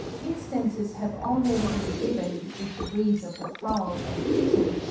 instances have already been given with the breeds of the fowl and pigeon,